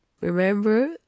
Remember